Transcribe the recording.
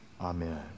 Amen